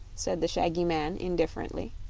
said the shaggy man, indifferently.